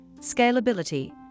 scalability